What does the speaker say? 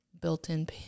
built-in